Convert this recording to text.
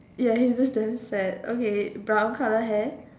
ya he looks damn sad okay brown colour hair